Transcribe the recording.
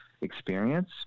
experience